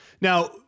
Now